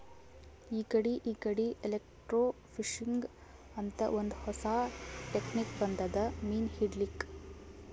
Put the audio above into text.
ಇಕಡಿ ಇಕಡಿ ಎಲೆಕ್ರ್ಟೋಫಿಶಿಂಗ್ ಅಂತ್ ಒಂದ್ ಹೊಸಾ ಟೆಕ್ನಿಕ್ ಬಂದದ್ ಮೀನ್ ಹಿಡ್ಲಿಕ್ಕ್